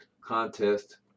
contest